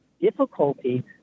difficulty